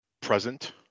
present